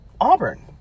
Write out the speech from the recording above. Auburn